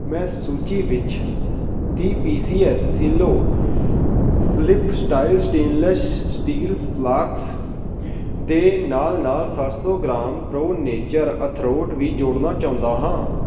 ਮੈਂ ਸੂਚੀ ਵਿੱਚ ਤੀਹ P C S Cello flip style stainless steel flask ਦੇ ਨਾਲ ਨਾਲ ਸੱਤ ਸੌ ਗ੍ਰਾਮ ਪ੍ਰੋ ਨੇਚਰ ਅਖਰੋਟ ਵੀ ਜੋੜਨਾ ਚਾਹੁੰਦਾ ਹਾਂ